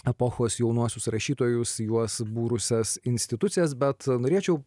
epochos jaunuosius rašytojus juos subūrusias institucijas bet norėčiau